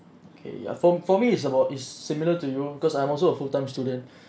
okay ya for for me it's about is similar to you because I'm also a full time student